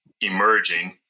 emerging